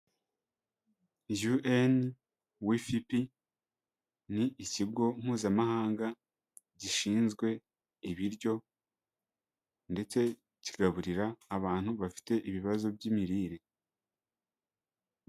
UN WFP ni ikigo mpuzamahanga gishinzwe ibiryo ndetse kigaburira abantu bafite ibibazo by'imirire.